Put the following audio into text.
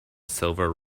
silver